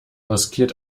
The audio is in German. riskiert